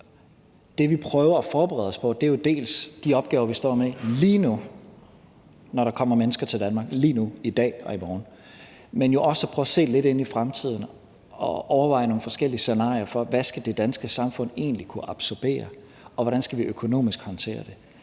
Det, vi prøver at forberede os på, er jo dels de opgaver, vi står med lige nu, når der kommer mennesker til Danmark lige nu, i dag og i morgen, dels at prøve at se lidt ind i fremtiden og overveje nogle forskellige scenarier for, hvad det danske samfund egentlig skal kunne absorbere, og hvordan vi økonomisk skal håndtere det.